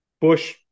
Bush